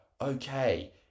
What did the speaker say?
Okay